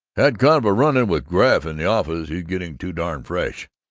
had kind of a run-in with graff in the office. he's getting too darn fresh.